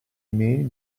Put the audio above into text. email